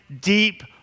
deep